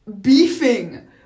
beefing